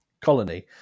Colony